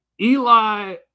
Eli